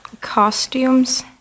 Costumes